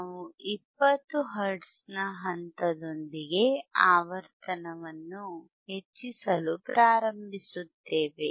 ನಾವು 20 ಹರ್ಟ್ಜ್ನ ಹಂತದೊಂದಿಗೆ ಆವರ್ತನವನ್ನು ಹೆಚ್ಚಿಸಲು ಪ್ರಾರಂಭಿಸುತ್ತೇವೆ